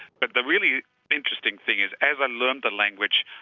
but the really interesting thing is, as i learned the language,